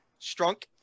Strunk